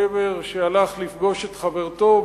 גבר שהלך לפגוש את חברתו,